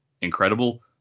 incredible